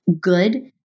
good